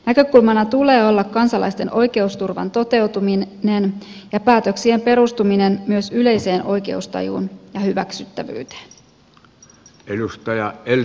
näkökulmana tulee olla kansalaisten oikeusturvan toteutuminen ja päätöksien perustuminen myös yleiseen oikeustajuun ja hyväksyttävyyteen